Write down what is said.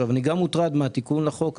אני גם מוטרד מהתיקון לחוק.